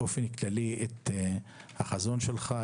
באופן כללי את החזון שלך,